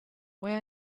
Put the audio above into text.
where